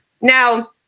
Now